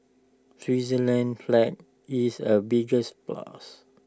Switzerland's flag is A bigs plus